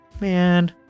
man